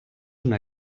una